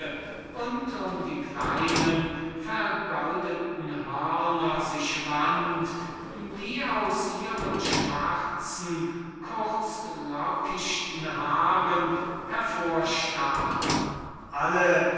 und um die kleinen verguldeten hörner sich schlangen die aus ihren schwarzen kurzlockichten haaren hervorstachen alle